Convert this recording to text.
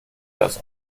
das